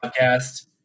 podcast